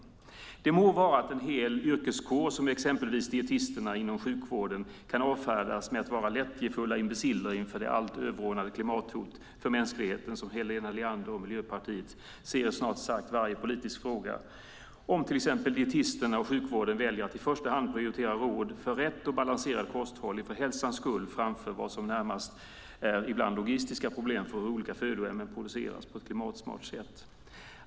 Det må vara att en hel yrkeskår, som exempelvis dietisterna inom sjukvården, kan avfärdas med att vara lättjefulla imbeciller inför det allt överordnade klimathot mot mänskligheten som Helena Leander och Miljöpartiet ser i snart sagt varje politisk fråga om till exempel dietisterna och sjukvården väljer att i första hand prioritera råd för rätt och balanserat kosthåll för hälsans skull framför vad som ibland närmast är logistiska problem för hur olika födoämnen produceras på ett klimatsmart sätt.